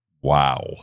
Wow